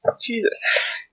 Jesus